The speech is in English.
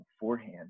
beforehand